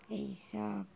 এইসব